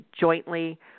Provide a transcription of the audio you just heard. jointly